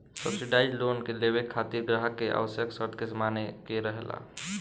subsidise loan लेबे खातिर ग्राहक के आवश्यक शर्त के माने के रहेला